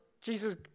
Jesus